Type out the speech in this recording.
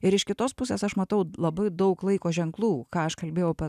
ir iš kitos pusės aš matau labai daug laiko ženklų ką aš kalbėjau pa